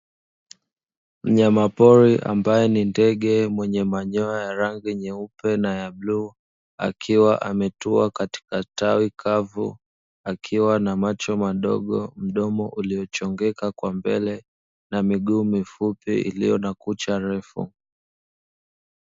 Mnyama pori ambae ni ndege mwenye manyoya ya rangi nyeupe na ya bluu akiwa ametua katika tawi kavu ,akiwa na macho madogo mdomo uliochongeka kwa mbele na miguu mifupi iliyo na kucha refu.